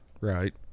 right